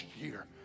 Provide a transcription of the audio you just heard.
year